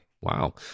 wow